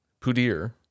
Pudir